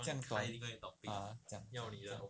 这样开 ah 讲讲